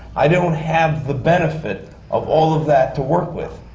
i don't have the benefit of all of that to work with.